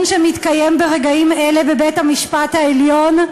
שמתקיים ברגעים אלה בבית-המשפט העליון,